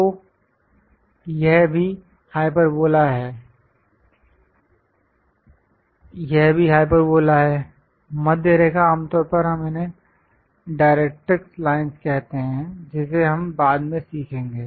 तो यह भी हाइपरबोला है यह भी हाइपरबोला है मध्य रेखा आमतौर पर हम इन्हें डायरेक्ट्रिक्स लाइंस कहते हैं जिसे हम बाद में सीखेंगे